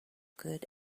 good